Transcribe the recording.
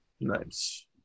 nice